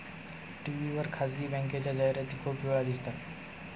TV वर खासगी बँकेच्या जाहिराती खूप वेळा दिसतात